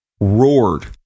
roared